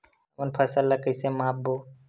हमन फसल ला कइसे माप बो?